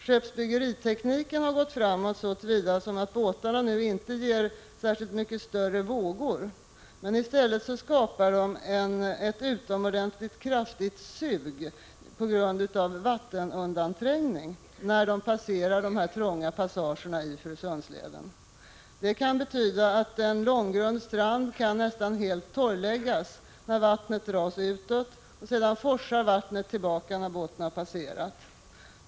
Skeppsbyggeritekniken har gått framåt så till vida att båtarna nu inte förorsakar särskilt stora vågor. Men nu skapar de i stället ett utomordentligt kraftigt sug på grund av vattenundanträngning när de passerar dessa trånga passager i Furusundsleden. Det kan betyda att en långgrund strand helt kan torrläggas. Vattnet dras utåt, och sedan forsar det tillbaka när båten har passerat.